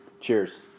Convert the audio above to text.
Cheers